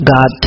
God